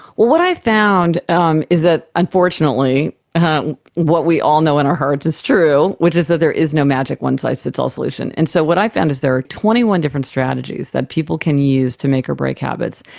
what i found um is that unfortunately what we all know in our hearts is true, which is that there is no magic one-size-fits-all solution. and so what i found is there are twenty one different strategies that people can use to make or break habits,